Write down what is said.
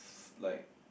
like